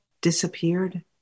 disappeared